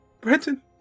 Brenton